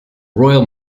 royal